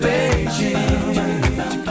Beijing